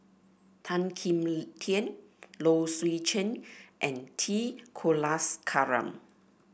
Tan Kim Tian Low Swee Chen and T Kulasekaram